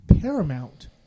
Paramount